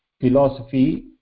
philosophy